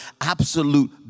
absolute